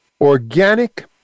organic